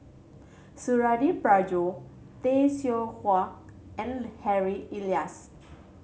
Suradi Parjo Tay Seow Huah and Harry Elias